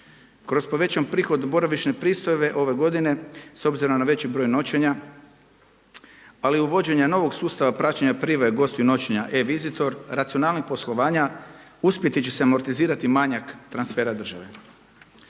Kroz povećan prihod boravišne pristojbe ove godine s obzirom na veći broj noćenja ali i uvođenja novog sustava praćenje prijave gostiju noćenja e-visitor, racionalnošću poslovanja uspjeti će se amortizirati manjak transfera države.